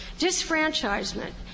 disfranchisement